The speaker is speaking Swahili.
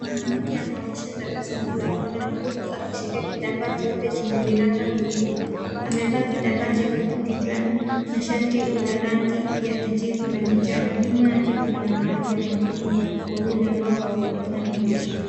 Mwanamke anaonyesha tabasamu la furaha huku akishika kitambaa cheupe chenye miraba mekundu. Amevaa kitambaa chekundu kichwani na shati la rangi ya kijivu na kijani. Nyuma yake kuna wanawake wengine wawili ambao hawaonekani vizuri.